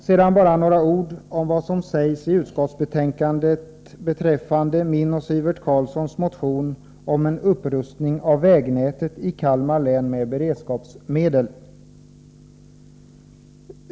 Sedan bara några ord om vad som sägs i utskottsbetänkandet beträffande min och Sivert Carlssons motion om en upprustning av vägnätet i Kalmar län med beredskapsmedel.